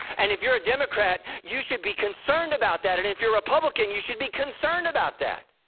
and if you're a democrat, you should be concerned about that and if you're a republican you should be concerned about that.